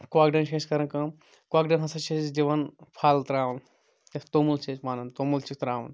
کۄکرن چھِ أسۍ کران کٲم کۄکرن ہسا چھِ أسۍ دِوان پھل تراوان یَتھ توٚمُل چھِ أسۍ وَنان توٚمُل چھِس تراوان